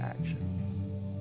action